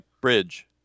Bridge